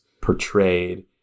portrayed